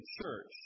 church